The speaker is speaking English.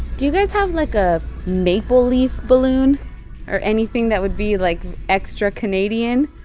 do you guys have, like, a maple leaf balloon or anything that would be, like, extra canadian?